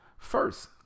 First